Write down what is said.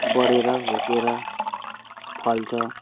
बढेर हुर्किएर फल्छ